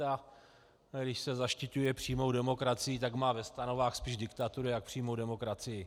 A když se zaštiťuje přímou demokracií, tak má ve stanovách spíš diktaturu než přímou demokracii.